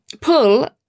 pull